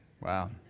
Wow